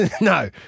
No